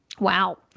Wow